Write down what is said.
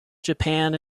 japan